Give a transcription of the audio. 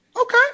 Okay